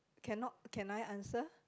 cannot can I answer